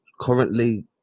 currently